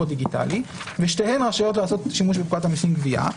הדיגיטלי ושתיהן רשאיות לעשות שימוש בפקודת המסים (גבייה).